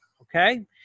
Okay